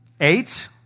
eight